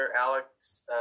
Alex